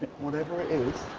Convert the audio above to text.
whatever it is,